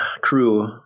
crew